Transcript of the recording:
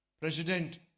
President